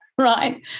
right